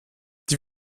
die